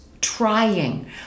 trying